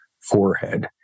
forehead